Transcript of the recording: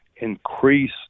increase